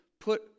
put